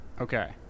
okay